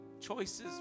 choices